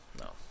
No